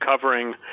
covering